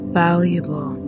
valuable